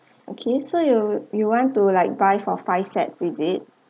okay so you you want to like buy for five set with it